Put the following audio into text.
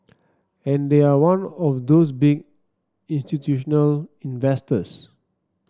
and they are one of those big institutional investors